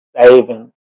saving